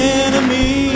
enemy